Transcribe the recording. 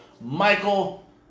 michael